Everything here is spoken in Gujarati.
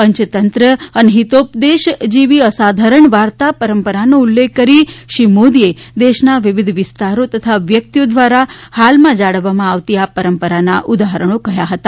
પંચતંત્ર અને હિતોપદેશ જેની અસાધારણ વાર્તા પરંપરાનો ઉલ્લેખ કરીને શ્રી મોદીએ દેશના વિવિધ વિસ્તારો તથા વ્યક્તિઓ દ્વારા હાલમાં જાળવવામાં આવતી આ પરંપરાના ઉદાહરણો કહ્યા હતા